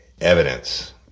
evidence